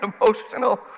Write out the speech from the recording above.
emotional